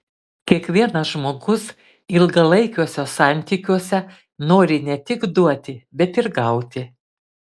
kiekvienas žmogus ilgalaikiuose santykiuose nori ne tik duoti bet ir gauti